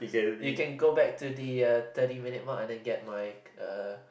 you can go back to the uh thirty minute mark and then get my uh